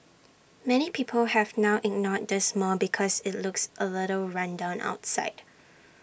many people have now ignored this mall because IT looks A little run down outside